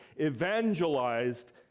evangelized